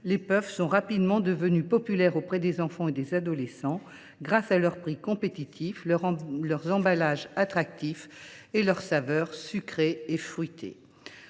les puffs sont rapidement devenues populaires auprès des enfants et des adolescents, grâce à leurs prix compétitifs, leurs emballages attractifs et leurs saveurs sucrées et fruitées.